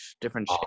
different